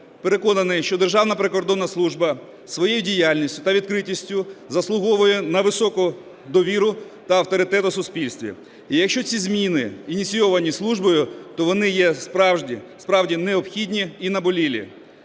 Переконаний, що Державна прикордонна служба своєю діяльністю та відкритістю заслуговує на високу довіру та авторитет у суспільстві, і якщо ці зміни ініційовані службою, то вони є справді необхідні і наболілі.